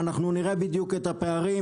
ואנחנו נראה בדיוק את הפערים,